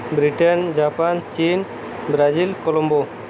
Britain Japan China Brazil Colombo